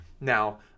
Now